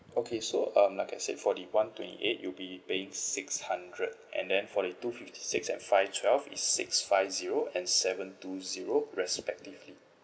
okay so um like I said forty one twenty eight you'll be paying six hundred and then forty two fifty six and five twelve is six five zero and seven two zero respectively